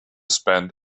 spend